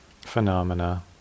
phenomena